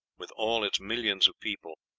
with all its millions of people,